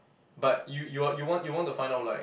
but you you are you want you want to find out like